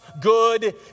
good